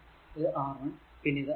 ഇത് R 1 പിന്നെ ഇത് R 2